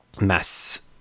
mass